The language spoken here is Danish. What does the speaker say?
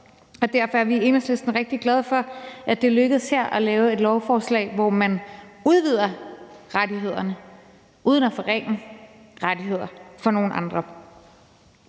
og derfor er vi i Enhedslisten rigtig glade for, at det er lykkedes her at lave et lovforslag, hvor man udvider rettighederne uden at forringe rettigheder for nogle andre.